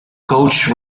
coach